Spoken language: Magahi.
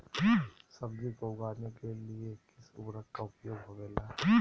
सब्जी को उगाने के लिए किस उर्वरक का उपयोग होबेला?